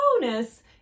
bonus